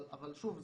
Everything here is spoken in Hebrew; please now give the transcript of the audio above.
שוב,